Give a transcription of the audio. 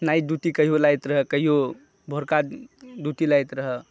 night duty कहिओ लागैत रहै कहिओ भोरका ड्यूटी लागैत रहै